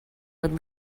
would